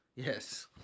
Yes